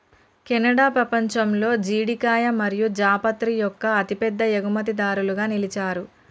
Canada పపంచంలో జీడికాయ మరియు జాపత్రి యొక్క అతిపెద్ద ఎగుమతిదారులుగా నిలిచారు